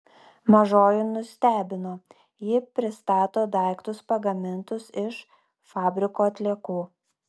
mažoji nustebino ji pristato daiktus pagamintus iš fabriko atliekų